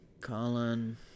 Colin